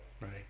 right